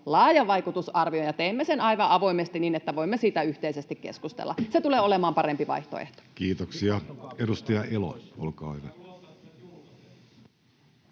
laajan vaikutusarvion ja teemme sen aivan avoimesti niin, että voimme siitä yhteisesti keskustella. Se tulee olemaan parempi vaihtoehto. [Mauri Peltokankaan